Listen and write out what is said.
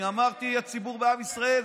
אני אמרתי לציבור בעם ישראל,